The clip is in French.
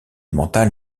mentale